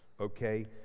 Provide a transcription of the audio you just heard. okay